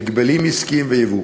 הגבלים עסקיים ויבוא.